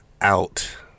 out